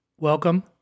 Welcome